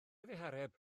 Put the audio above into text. ddihareb